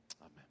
Amen